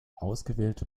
ausgewählte